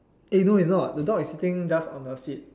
eh no it's not the dog is sitting just on the seat